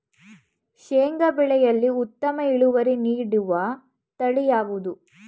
ಶೇಂಗಾ ಬೆಳೆಯಲ್ಲಿ ಉತ್ತಮ ಇಳುವರಿ ನೀಡುವ ತಳಿ ಯಾವುದು?